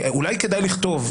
אולי כדאי לכתוב,